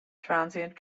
transient